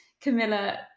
Camilla